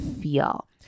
feel